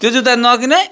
त्यो जुत्ता नकिन है